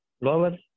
lower